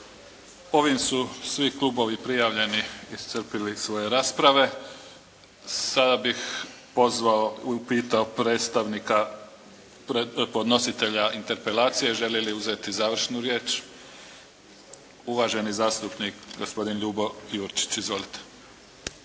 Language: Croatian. Ovim su svi klubovi prijavljeni iscrpili svoje rasprave. Sada bih pozvao i upitao predstavnika podnositelja interpelacije želi li uzeti završnu riječ? Uvaženi zastupnik gospodin Ljubo Jurčić. Izvolite.